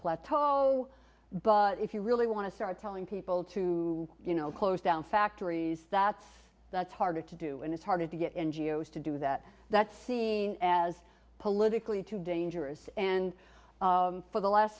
plateau but if you really want to start telling people to you know close down factories that's that's harder to do and it's harder to get n g o s to do that that's seen as politically too dangerous and for the last